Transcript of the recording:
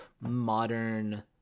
modern